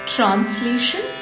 Translation